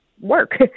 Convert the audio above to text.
work